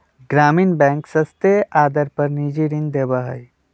ग्रामीण बैंक सस्ते आदर पर निजी ऋण देवा हई